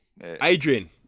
adrian